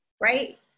right